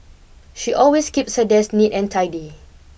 she always keeps her desk neat and tidy